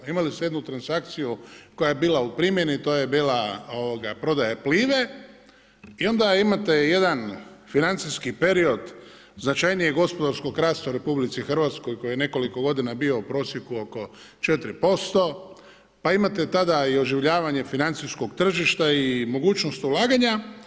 Imali ste jednu transakciju koja je bila u primjeni, to je bila prodaja Plive i onda imate jedan financijski period značajnijeg gospodarskog rasta u RH koji je nekoliko godina bio u prosjeku oko 4%, pa imate tada i oživljavanje financijskog tržišta i mogućnost ulaganja.